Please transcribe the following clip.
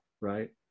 right